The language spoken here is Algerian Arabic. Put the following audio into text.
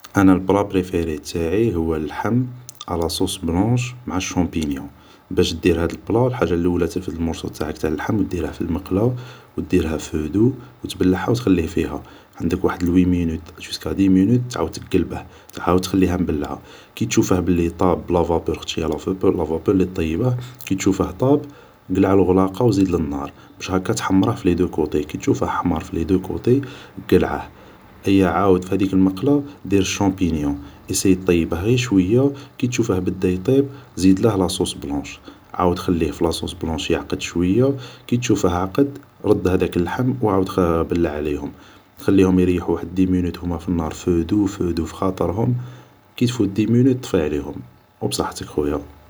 انا بلا بريفيري تاعي هو اللحم ، الاصوص بلونش مع الشومبينيون ، باش دير هاد بلا حاج اللول ترفد المورصو تاعك تاع اللحم و ديره في المقل و ديرها فو دو و تبلعها و تخليه فيها ، عندك واحد وي مينيت جيسكا دي مينوت عاود تقلبه ، عاود تخليها مبلعا ، كي تشوفه بلي طاب بلافابور ، خاطش هي لافابور اللي طيبه ، كي تشوفه طاب قلع لغلاق و زيد لنار باش هاكا تحمره في لي دو كوتي ، كي تشوفه حمار في لي دو كوتي ، قلعه ايا عاود في هاديك المقل دير شومبينيون ، اسيي طيبه غي شوي ، كي تشوفه بدا يطيب زيدله لاصوص بلونش ، عاود خليه في لاصوص بلونش يعقد شوي ، كي تشوفه عقد ، رد هداك اللحم و بلع عليهم ، خليهم يريحو واحد دي مينوت هوما في النار ، فو دو ، فو دو ، في خاطرهم ، كي تفوت دي مينيت طفي عليهم ، و بصحتك خويا